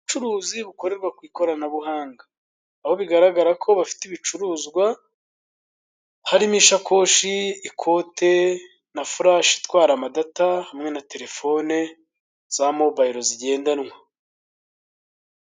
Ubucuruzi bukorerwa ku ikoranabuhanga. Aho bigaragara ko bafite ibicuruzwa harimo isakoshi, ikote na furashe itwara amadata hamwe na terefone za mobayiro zigendanwa.